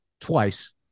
twice